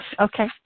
Okay